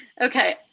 okay